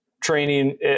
training